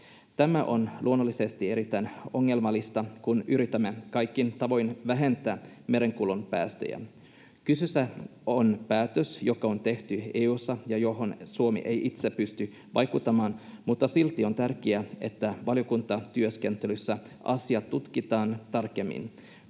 Tämä on luonnollisesti erittäin ongelmallista, kun yritämme kaikin tavoin vähentää merenkulun päästöjä. Kyseessä on päätös, joka on tehty EU:ssa ja johon Suomi ei itse pysty vaikuttamaan, mutta silti on tärkeää, että valiokuntatyöskentelyssä asiaa tutkitaan tarkemmin.